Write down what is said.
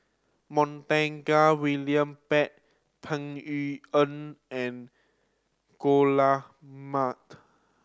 Montague William Pett Peng Yuyun and Dollah Majid